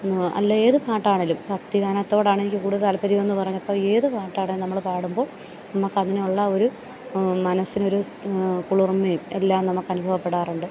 അല്ലേ ഏത് പാട്ടാണേലും ഭക്തിഗാനത്തോടാണെനിക്ക് കൂടുതൽ താല്പര്യമെന്ന് പറഞ്ഞപ്പോൾ ഏത് പാട്ടാണേൽ നമ്മൾ പാടുമ്പോൾ നമുക്കതിനുള്ള ഒരു മനസ്സിനൊരു കുളിർമ്മയും എല്ലാം നമുക്ക് അനുഭവപ്പെടാറുണ്ട്